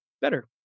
better